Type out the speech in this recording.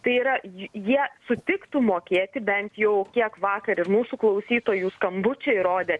tai yra jie sutiktų mokėti bent jau kiek vakar iš mūsų klausytojų skambučiai rodė